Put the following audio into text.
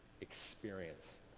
experience